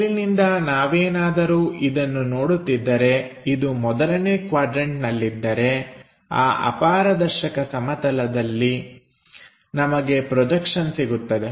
ಮೇಲಿನಿಂದ ನಾವೇನಾದರೂ ಇದನ್ನು ನೋಡುತ್ತಿದ್ದರೆ ಇದು ಮೊದಲನೇ ಕ್ವಾಡ್ರನ್ಟನಲ್ಲಿದ್ದರೆ ಆ ಅಪಾರದರ್ಶಕ ಸಮತಲದಲ್ಲಿ ನಮಗೆ ಪ್ರೊಜೆಕ್ಷನ್ ಸಿಗುತ್ತದೆ